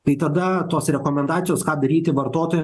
tai tada tos rekomendacijos ką daryti vartotojui